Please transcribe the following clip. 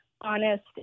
honest